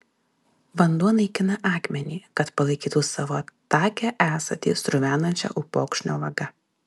vanduo naikina akmenį kad palaikytų savo takią esatį sruvenančią upokšnio vaga